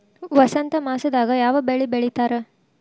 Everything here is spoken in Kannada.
ವಸಂತ ಮಾಸದಾಗ್ ಯಾವ ಬೆಳಿ ಬೆಳಿತಾರ?